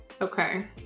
Okay